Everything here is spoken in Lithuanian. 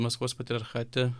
maskvos patriarchate